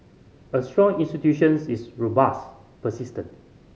a strong institutions is robust persistent